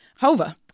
Hova